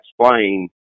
explain